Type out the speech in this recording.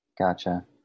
Gotcha